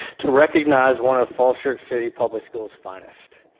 to recognize one of falls church city public school's finest.